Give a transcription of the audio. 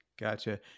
Gotcha